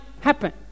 happen